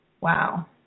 wow